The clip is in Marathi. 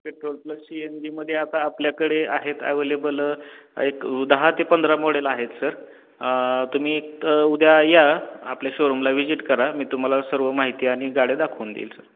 petrol plus C N G मध्ये आता आपल्याकडे आहेत ॲवेलेबल एक दहा ते पंधरा मॉडेल आहेत सर तुम्ही एक उद्या या आपल्या शोरूमला व्हीजिट करा मी तुम्हाला सर्व माहिती आणि गाड्या दाखवून देईल सर